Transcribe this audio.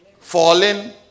fallen